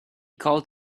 called